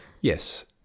Yes